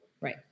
Right